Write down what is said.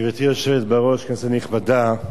גברתי היושבת-ראש, כנסת נכבדה,